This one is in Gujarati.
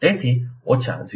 તેથી ઓછા 0